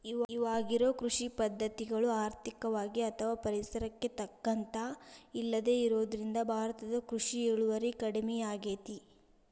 ಇವಾಗಿರೋ ಕೃಷಿ ಪದ್ಧತಿಗಳು ಆರ್ಥಿಕವಾಗಿ ಅಥವಾ ಪರಿಸರಕ್ಕೆ ತಕ್ಕಂತ ಇಲ್ಲದೆ ಇರೋದ್ರಿಂದ ಭಾರತದ ಕೃಷಿ ಇಳುವರಿ ಕಡಮಿಯಾಗೇತಿ